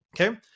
Okay